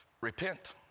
Repent